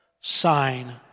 sign